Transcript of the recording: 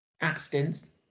accidents